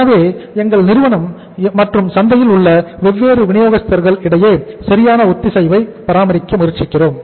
எனவே எங்கள் நிறுவனம் மற்றும் சந்தையில் உள்ள வெவ்வேறு விநியோகஸ்தர்கள் இடையே சரியான ஒத்திசைவை பராமரிக்க முயற்சிக்கிறோம்